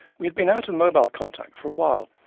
we had been out of mobile contact for a while,